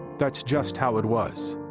that's just how it was.